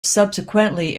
subsequently